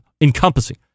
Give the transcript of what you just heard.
encompassing